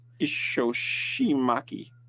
Ishoshimaki